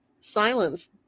silence